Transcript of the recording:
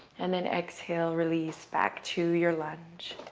and then exhale, release back to your lunge.